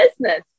business